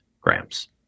grams